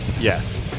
Yes